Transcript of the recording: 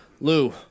Lou